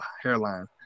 hairline